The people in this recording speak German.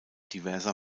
diverser